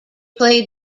played